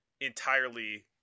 entirely